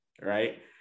right